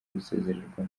gusezererwa